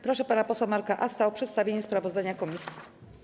Proszę pana posła Marka Asta o przedstawienie sprawozdania komisji.